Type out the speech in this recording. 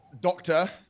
doctor